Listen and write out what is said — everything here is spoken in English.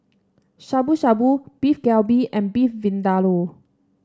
Shabu Shabu Beef Galbi and Beef Vindaloo